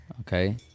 Okay